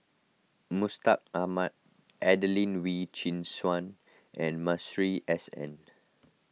Mustaq Ahmad Adelene Wee Chin Suan and Masuri S N